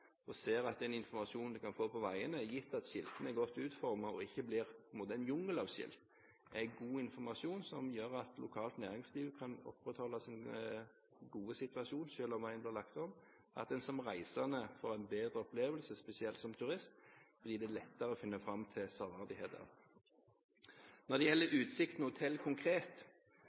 og ser at den informasjonen en kan få på veiene, gitt at skiltene er godt utformet og ikke blir som en jungel av skilt, er god informasjon som gjør at lokalt næringsliv kan opprettholde sin gode situasjon selv om veien blir lagt om, og at en som reisende får en bedre opplevelse, spesielt som turist, fordi det blir lettere å finne fram til severdigheter. Når det gjelder Utsikten Hotell konkret,